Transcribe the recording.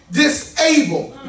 disabled